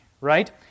Right